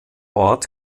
ort